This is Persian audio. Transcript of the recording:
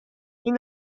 این